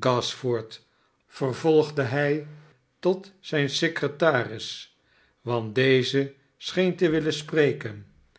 gashford vervolgde hij tot zijn secretaris want deze scheen te willen spreken